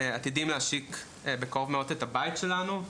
עתידים להשיק בקרוב מאוד את הבית שלנו,